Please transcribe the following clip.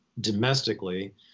domestically